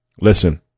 Listen